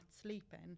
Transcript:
sleeping